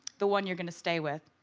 the one you're gonna stay with.